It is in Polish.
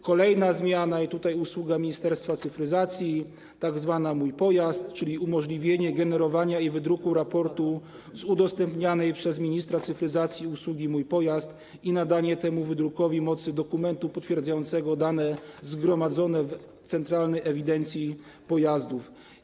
Kolejna zmiana - i tutaj usługa Ministerstwa Cyfryzacji - tzw. „Mój pojazd”, czyli umożliwienie generowania i wydruku raportu z udostępnianej przez ministra cyfryzacji usługi „Mój pojazd” i nadanie temu wydrukowi mocy dokumentu potwierdzającego dane zgromadzone w centralnej ewidencji pojazdów.